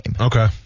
Okay